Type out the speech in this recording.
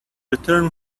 return